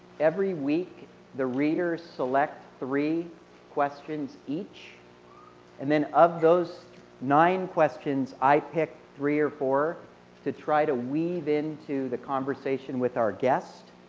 every week the readers select three questions each and of those nine questions, i pick three or four to try to weave into the conversation with our guest,